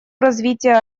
развитие